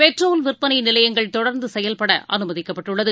petrol விற்பனைநிலையங்கள் தொடர்ந்துசெயல்படஅனுமதிக்கப்பட்டுள்ளது